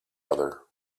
other